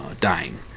dying